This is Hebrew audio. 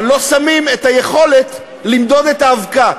אבל לא נותנים את היכולת למדוד את האבקה.